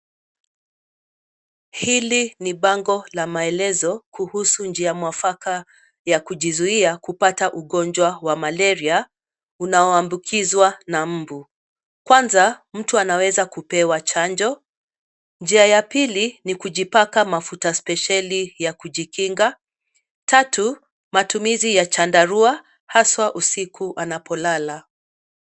Hili ni bango la maelezo kuhusu njia mwafaka, ya kujizuia kupata ugonjwa wa Malaria , unaoambukizwa na mbu, kwanza mtu anaweza kupewa chanjo, njia ya pili ni kujipaka mafuta spesheli ya kujikinga, tatu, matumizi ya chandarua, haswa usiku anapolala.